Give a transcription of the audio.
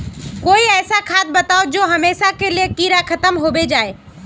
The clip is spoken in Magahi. कोई ऐसा खाद बताउ जो हमेशा के लिए कीड़ा खतम होबे जाए?